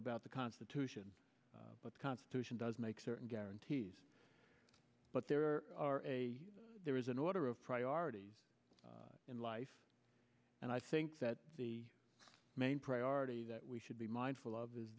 about the constitution but the constitution does make certain guarantees but there are a there is an order of priorities in life and i think that the main priority that we should be mindful of is